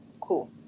Cool